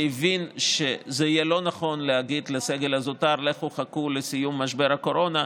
שהבין שזה יהיה לא נכון להגיד לסגל הזוטר: לכו חכו לסיום משבר הקורונה,